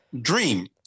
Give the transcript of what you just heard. dream